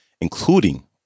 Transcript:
including